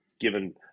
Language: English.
given